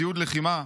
ציוד לחימה.